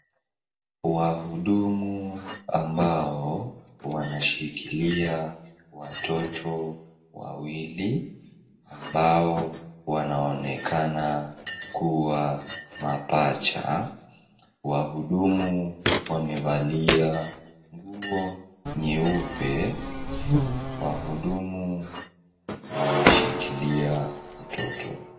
Wahudumu ambao wanashikilia watoto wawili ambao wanaonekana kuwa mapacha. Wahudumu wamevalia nguo nyeupe. Wahudumu wameshikilia watoto.